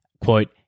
quote